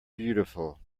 beautiful